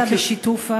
שנעשתה בשיתוף החברה?